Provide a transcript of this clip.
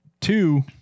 two